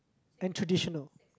and traditional